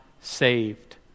saved